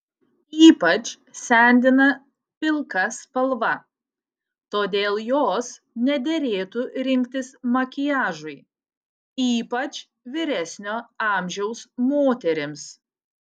ypač sendina pilka spalva todėl jos nederėtų rinktis makiažui ypač vyresnio amžiaus moterims